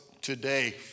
today